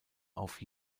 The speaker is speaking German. auf